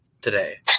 today